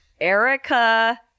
Erica